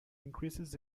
increases